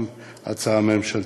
גם בהצעה הממשלתית.